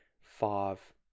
five